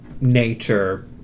nature